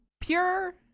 pure